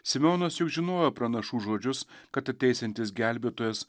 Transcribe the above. simeonas juk žinojo pranašų žodžius kad ateisiantis gelbėtojas